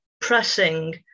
pressing